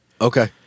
Okay